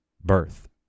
birth